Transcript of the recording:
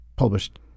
published